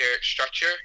structure